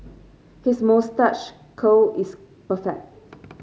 his moustache curl is perfect